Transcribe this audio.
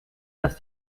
dass